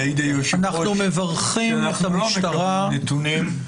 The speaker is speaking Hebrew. יעיד יושב-הראש שאנחנו לא מקבלים נתונים.